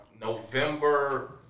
November